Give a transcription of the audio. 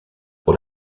pour